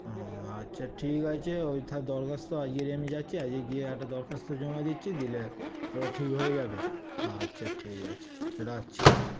ও আচ্ছা ঠিক আছে ওই থা দরখাস্ত আজকে আমি যাচ্ছি আজকে গিয়ে একটা দরখাস্ত জমা দিচ্ছি দিলে ওটা ঠিক হয়ে যাবে আচ্ছা ঠিক আছে রাখছি হুম